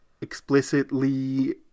explicitly